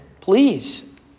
please